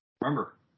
Remember